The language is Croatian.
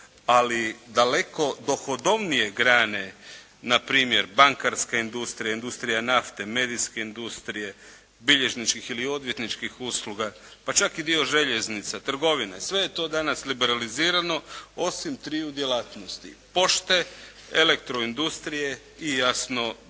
ali daleko dohodovnije grane, npr. bankarska industrija, industrija nafte, medijske industrije, bilježničkih ili odvjetničkih usluga, pa čak i dio željeznica, trgovina i sve je to danas liberalizirano osim triju djelatnosti, pošte, elektroindustrije i jasno duhana.